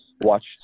watch